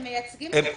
הם מייצגים את התושבים.